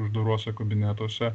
uždaruose kabinetuose